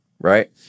right